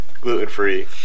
gluten-free